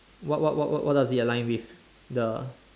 what what what what does it align with the